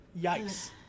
Yikes